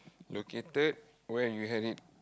located where you had it